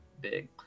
big